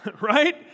right